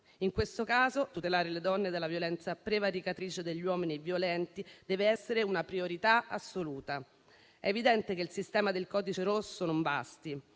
In questo caso, tutelare le donne dalla violenza prevaricatrice degli uomini violenti dev'essere una priorità assoluta. È evidente che il sistema previsto dal codice rosso non basta,